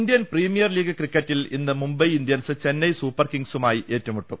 Indian Premier League ക്രിക്കറ്റിൽ ഇന്ന് Mumbai Indians Chennai Super കിംഗ്സുമായി ഏറ്റുമുട്ടും